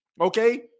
Okay